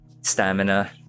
stamina